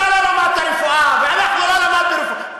אתה לא למדת רפואה ואנחנו לא למדנו רפואה,